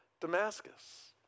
Damascus